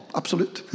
absolut